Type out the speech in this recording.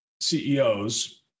CEOs